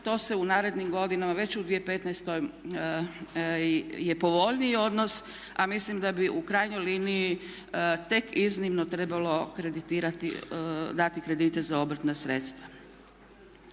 To se u narednim godinama već u 2015.je povoljniji odnos, a mislim da bi u krajnjoj liniji tek iznimno trebalo kreditirati, dati kredite za obrtna sredstva.